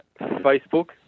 Facebook